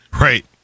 Right